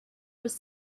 was